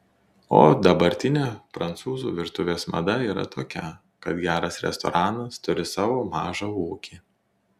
o dabartinė prancūzų virtuvės mada yra tokia kad geras restoranas turi savo mažą ūkį